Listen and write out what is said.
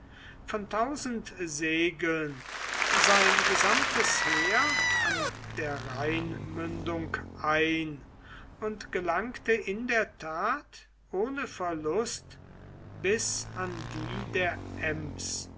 von tausend segeln sein gesamtes heer an der rheinmündung ein und gelangte in der tat ohne verlust bis an die der ems